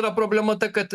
yra problema ta kad